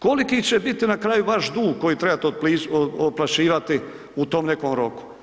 Koliki će biti na kraju vaš dug koji trebate otplaćivati u tom nekom roku?